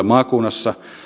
maakunnassa